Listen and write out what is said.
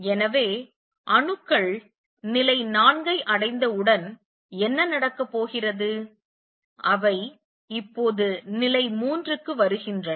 எனவே அணுக்கள் நிலை 4 ஐ அடைந்தவுடன் என்ன நடக்கப் போகிறது அவை இப்போது நிலை 3 க்கு வருகின்றன